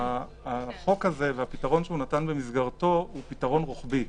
החוק הזה והפתרון שנתן במסגרתו הוא פתרון רוחבי,